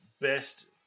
best